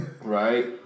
Right